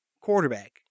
quarterback